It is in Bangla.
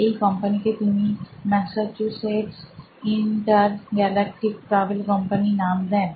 এই কোম্পানিকে তিনি Massachusetts inter galactic travel company নাম দেন